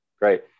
Great